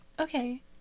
Okay